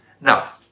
Now